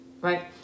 right